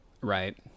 Right